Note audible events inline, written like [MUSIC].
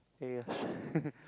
ya ya [BREATH] [LAUGHS]